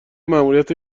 ماموریت